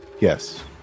Yes